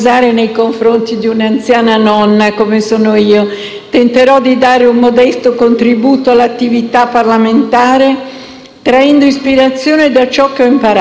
di un'anziana nonna, come sono io. Tenterò di dare un modesto contributo all'attività parlamentare traendo ispirazione da ciò che ho imparato.